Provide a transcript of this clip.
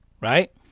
right